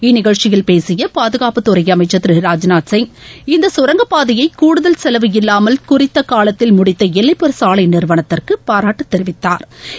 இந்நிகழ்ச்சியில் பேசிய பாதகாப்பு துறை அமைச்சர் திரு ராஜ்நாத் சிங் இந்த சுரங்க பாதையை கூடுதல் செலவு இல்லாமல் குறித்த காலத்தில் முடித்த எல்லைப்புற சாலை நிறுவனத்திற்கு பாராட்டு தெரிவித்தாா்